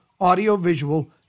audiovisual